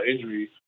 injury